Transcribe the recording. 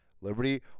Liberty